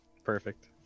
perfect